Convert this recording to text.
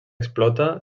explota